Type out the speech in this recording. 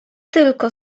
tylko